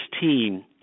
team